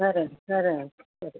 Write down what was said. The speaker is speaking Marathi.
खरं आहे खरं आहे चालेल